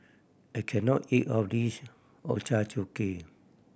I can not eat all of this Ochazuke